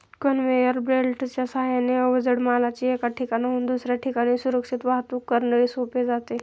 conveyor बेल्टच्या साहाय्याने अवजड मालाची एका ठिकाणाहून दुसऱ्या ठिकाणी सुरक्षित वाहतूक करणे सोपे जाते